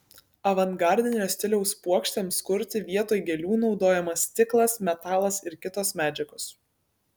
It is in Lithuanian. avangardinio stiliaus puokštėms kurti vietoj gėlių naudojamas stiklas metalas ir kitos medžiagos